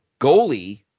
goalie